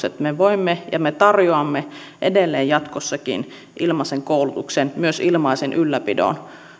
että me voimme tarjota ja me tarjoamme edelleen jatkossakin ilmaisen koulutuksen myös ilmaisen ylläpidon